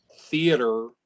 theater